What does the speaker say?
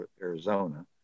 Arizona